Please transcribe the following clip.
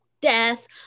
death